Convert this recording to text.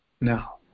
now